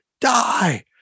die